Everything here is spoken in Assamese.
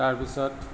তাৰপিছত